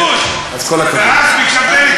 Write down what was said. קשקוש, ואז היא מקבלת